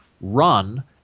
run